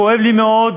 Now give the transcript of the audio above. כואב לי מאוד,